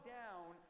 down